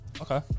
Okay